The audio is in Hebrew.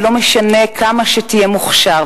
ולא משנה כמה שתהיה מוכשר,